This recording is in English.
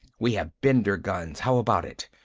we have bender guns. how about it?